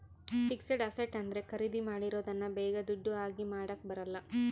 fixed asset ಅಂದ್ರೆ ಖರೀದಿ ಮಾಡಿರೋದನ್ನ ಬೇಗ ದುಡ್ಡು ಆಗಿ ಮಾಡಾಕ ಬರಲ್ಲ